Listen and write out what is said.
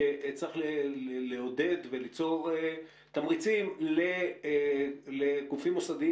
שצריך לעודד וליצור תמריצים לגופים מוסדיים